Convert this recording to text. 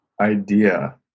idea